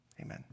Amen